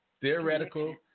theoretical